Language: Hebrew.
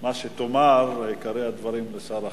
מה שתאמר, עיקרי הדברים, לשר החינוך.